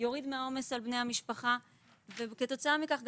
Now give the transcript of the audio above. יוריד מהעומס על המשפחה וכתוצאה מכך,